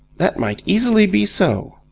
that might easily be so.